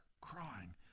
crying